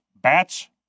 bats